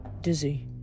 dizzy